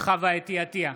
חוה אתי עטייה,